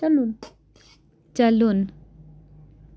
چلُن